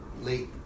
late